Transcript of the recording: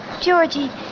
Georgie